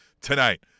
tonight